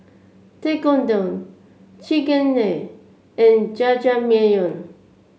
Tekkadon Chigenabe and Jajangmyeon